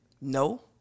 No